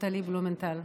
נפתלי בלומנטל.